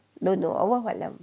don't know allahu aalam